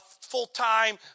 full-time